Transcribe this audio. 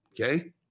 okay